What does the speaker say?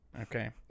Okay